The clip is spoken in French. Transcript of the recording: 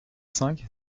cinq